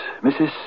Mrs